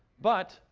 but,